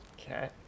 Okay